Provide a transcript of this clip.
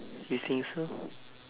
you think so